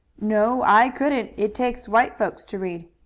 no, i couldn't. it takes white folks to read.